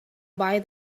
buy